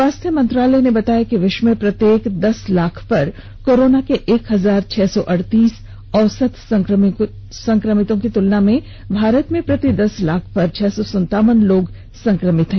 स्वास्थ्य मंत्रालय ने बताया कि विश्व में प्रत्येक दस लाख पर कोरोना के एक हजार छह सौ अड़तीस औसत संक्रमितों की तुलना में भारत में प्रति दस लाख पर छह सौ संतावन लोग संक्रमित हैं